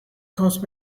caused